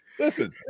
Listen